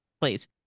Please